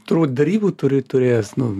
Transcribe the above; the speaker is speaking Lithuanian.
turbūt derybų turi turėjęs nu